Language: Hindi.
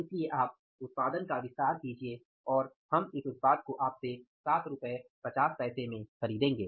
इसलिए आप उत्पादन का विस्तार कीजिये और हम इस उत्पाद को आपसे 7 रुपए 50 रुपए में खरीदेंगे